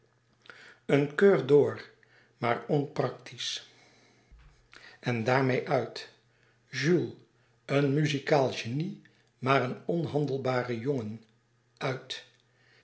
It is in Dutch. een coeur d'or màar onpractisch en daarmeê uit jules een muzikaal genie màar een onhandelbare jongen uit